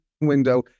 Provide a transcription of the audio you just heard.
window